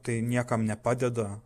tai niekam nepadeda